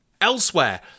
Elsewhere